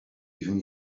even